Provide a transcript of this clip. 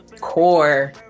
core